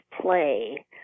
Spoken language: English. play